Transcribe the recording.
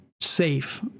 safe